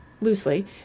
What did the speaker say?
loosely